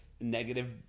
negative